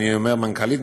אני אומר מנכ"לית,